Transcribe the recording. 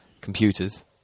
computers